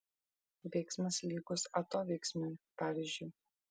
veiksmas lygus atoveiksmiui pavyzdžiui